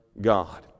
God